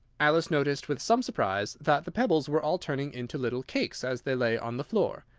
alice noticed with some surprise that the pebbles were all turning into little cakes as they lay on the floor,